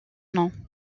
nom